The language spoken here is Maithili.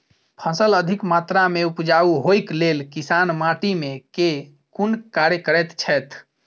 फसल अधिक मात्रा मे उपजाउ होइक लेल किसान माटि मे केँ कुन कार्य करैत छैथ?